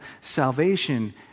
salvation